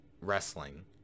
wrestling